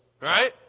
right